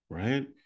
right